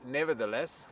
nevertheless